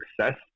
success